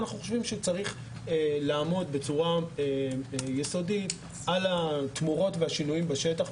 אנחנו חושבים שצריך לעמוד בצורה יסודית על התמורות והשינויים בשטח.